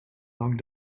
long